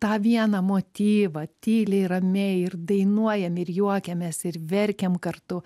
tą vieną motyvą tyliai ramiai ir dainuojam ir juokiamės ir verkiam kartu